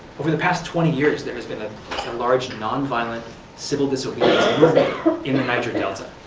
over the past twenty years there has been a large non-violent civil disobedience movement in the niger delta,